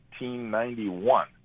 1891